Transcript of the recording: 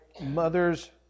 mother's